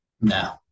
No